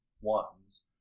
ones